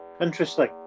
Interesting